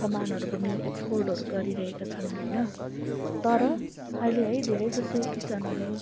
सामानहरू पनि एक्सपोर्टहरू गरिरहेका छन् होइन तर अहिले है धेरै जसो किसानहरू